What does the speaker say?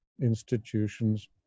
institutions